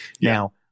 now